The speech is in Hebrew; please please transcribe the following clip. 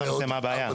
בעיות